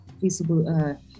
feasible